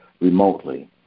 remotely